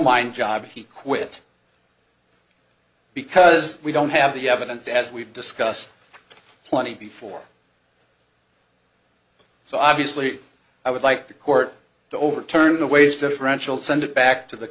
mine job he quit because we don't have the evidence as we've discussed plenty before so obviously i would like the court to overturn the wage differential send it back to the